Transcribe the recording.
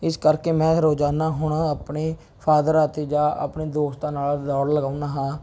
ਇਸ ਕਰਕੇ ਮੈਂ ਰੋਜ਼ਾਨਾ ਹੁਣ ਆਪਣੇ ਫਾਦਰ ਅਤੇ ਜਾਂ ਆਪਣੇ ਦੋਸਤਾਂ ਨਾਲ ਦੌੜ ਲਗਾਉਂਦਾ ਹਾਂ